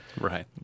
Right